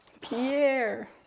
Pierre